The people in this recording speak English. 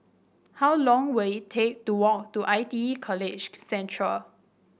how long will it take to walk to I T E College Central